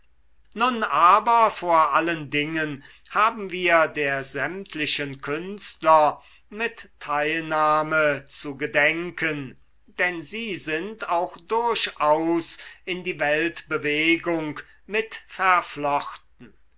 nun aber vor allen dingen haben wir der sämtlichen künstler mit teilnahme zu gedenken denn sie sind auch durchaus in die weltbewegung mit verflochten